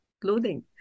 clothing